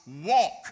walk